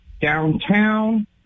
downtown